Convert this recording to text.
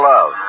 Love